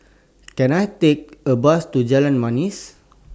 Can I Take A Bus to Jalan Manis